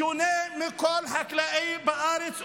שונה מכל חקלאי בארץ.